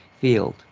field